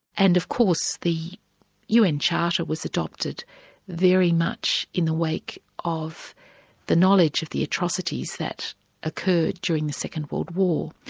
and of course the un charter was adopted very much in the wake of the knowledge of the atrocities that occurred during the second world war.